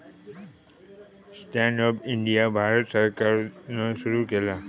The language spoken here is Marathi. स्टँड अप इंडिया भारत सरकारान सुरू केला